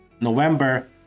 November